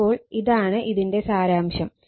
അപ്പോൾ ഇതാണ് ഇതിന്റെ സാരാംശം